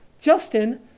Justin